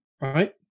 right